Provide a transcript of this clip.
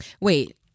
Wait